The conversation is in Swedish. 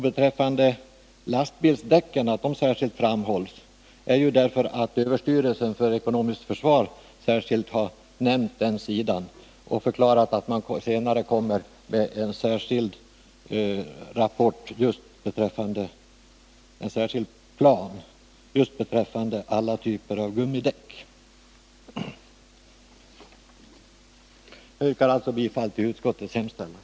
Att lastbilsdäcken särskilt framhålls beror på att överstyrelsen för ekonomiskt försvar speciellt har nämnt den sidan och förklarat att man senare kommer med en särskild plan beträffande alla typer av gummidäck. Jag yrkar alltså bifall till utskottets hemställan.